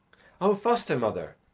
o foster-mother,